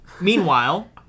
Meanwhile